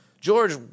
George